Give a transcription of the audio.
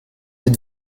êtes